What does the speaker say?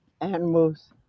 animals